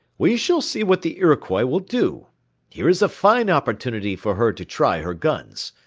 we shall see what the iroquois will do here is a fine opportunity for her to try her guns.